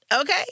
Okay